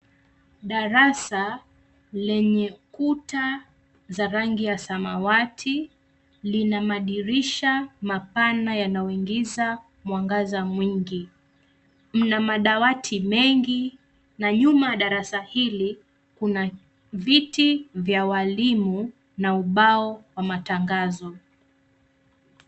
Darasa lenye kuta za rangi ya samawati lina madirisha mapana yanayoingiza mwangaza mwingi. Mna madawati mengi na nyuma ya darasa hili, kuna viti vya walimu na ubao wa matangazo.